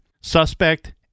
suspect